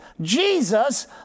Jesus